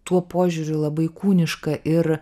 tuo požiūriu labai kūniška ir